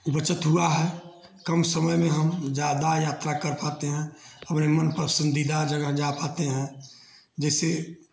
बचत हुई है कम समय में हम ज़्यादा यात्रा कर पाते हैं हमारे मनपसन्दीदा जगह जा पाते हैं जैसे